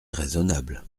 raisonnable